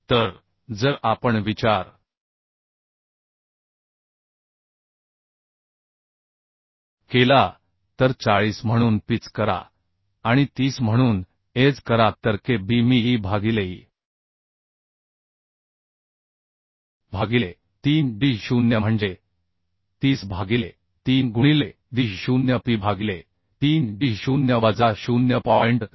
तर जर आपण विचार केला तर 40 म्हणून पिच करा आणि 30 म्हणून एज करा तर K b मी E भागिले E भागिले 3 d0 म्हणजे 30 भागिले 3 गुणिले d0P भागिले 3d0 वजा 0